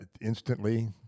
instantly